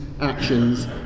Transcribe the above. actions